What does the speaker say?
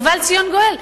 ובא לציון גואל.